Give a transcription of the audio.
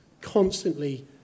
constantly